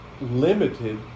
limited